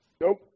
Nope